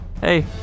Hey